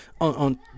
on